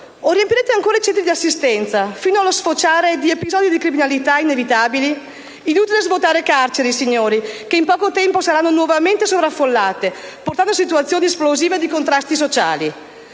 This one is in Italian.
riempirete ancora i centri di assistenza fino allo sfociare di inevitabili episodi di criminalità? È inutile svuotare carceri che in poco tempo saranno nuovamente sovraffollate, portando ad una situazione esplosiva di contrasti sociali.